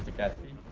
gatsby.